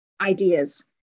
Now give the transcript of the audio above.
ideas